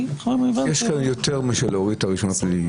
--- יש כאן יותר מאשר להוריד את הרישום הפלילי.